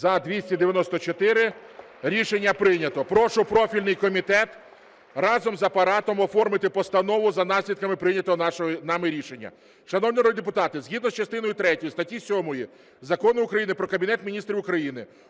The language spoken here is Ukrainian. За – 294 Рішення прийнято. (Оплески) Прошу профільний комітет разом з Апаратом оформити постанову за наслідками прийнятого нами рішення. Шановні народні депутати, згідно з частиною третьою статті 7 Закону України "Про Кабінет Міністрів України"